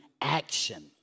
action